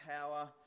power